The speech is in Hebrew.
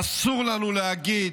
אסור לנו להגיד: